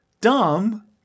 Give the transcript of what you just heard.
Dumb